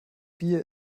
bier